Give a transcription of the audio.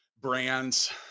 brands